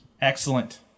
Excellent